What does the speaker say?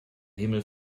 himmel